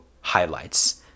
highlights